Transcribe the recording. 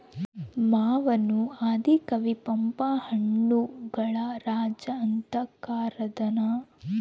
ಮಾವನ್ನು ಆದಿ ಕವಿ ಪಂಪ ಹಣ್ಣುಗಳ ರಾಜ ಅಂತ ಕರದಾನ